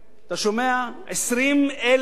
20,000 דירות בתל-אביב.